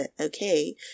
okay